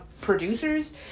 producers